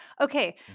Okay